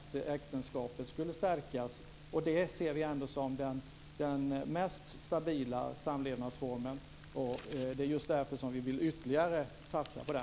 Vi tror att äktenskapet skulle stärkas också. Det ser vi som den mest stabila samlevnadsformen. Det är därför vi vill satsa på den ytterligare.